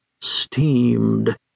Steamed